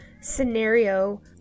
scenario